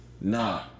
Nah